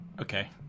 okay